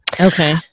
Okay